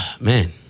Man